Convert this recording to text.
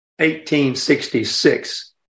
1866